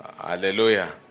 Hallelujah